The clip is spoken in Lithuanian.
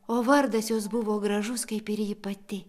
o vardas jos buvo gražus kaip ir ji pati